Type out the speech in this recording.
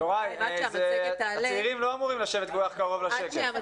יוראי, צעירים לא אמורים לשבת כל כך קרוב לשקף.